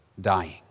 dying